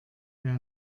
wer